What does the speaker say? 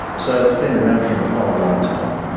so it's been around for quite a long time.